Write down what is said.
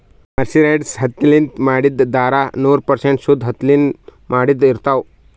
mercerized ಹತ್ತಿಲಿಂತ್ ಮಾಡಿದ್ದ್ ಧಾರಾ ನೂರ್ ಪರ್ಸೆಂಟ್ ಶುದ್ದ್ ಹತ್ತಿಲಿಂತ್ ಮಾಡಿದ್ದ್ ಇರ್ತಾವ್